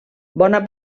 bona